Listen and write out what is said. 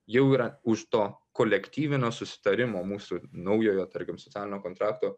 jau yra už to kolektyvinio susitarimo mūsų naujojo tarkim socialinio kontrakto